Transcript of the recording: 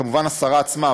כמובן השרה עצמה,